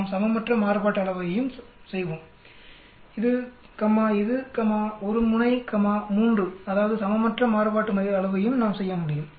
நாம் சமமற்ற மாறுபாட்டு அளவையையும் செய்வோம் இது கம்மா இது கம்மா ஒரு முனை கம்மா 3 அதாவது சமமற்ற மாறுபாட்டு அளவைம் நாம் செய்ய முடியும்